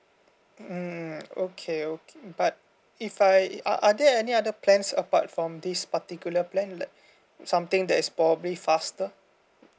mm okay okay but if I are are there any other plans apart from this particular plan like something that is probably faster